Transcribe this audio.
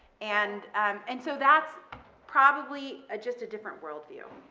and and so that's probably ah just a different worldview.